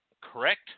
correct